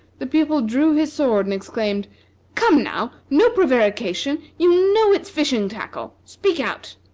the pupil drew his sword and exclaimed come, now, no prevarication you know it's fishing-tackle. speak out!